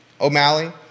O'Malley